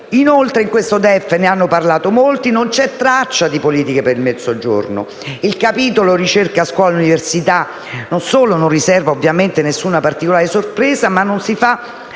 Inoltre in questo DEF - ne hanno parlato molti - non c'è traccia di politiche per il Mezzogiorno. Il capitolo ricerca, scuola ed università non solo non riserva nessuna particolare sorpresa, ma non fa